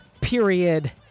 period